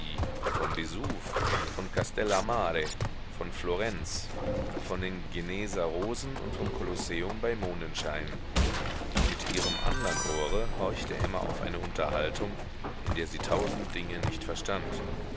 vom vesuv von castellammare von florenz von den genueser rosen und vom kolosseum bei mondenschein mit ihrem andern ohre horchte emma auf eine unterhaltung in der sie tausend dinge nicht verstand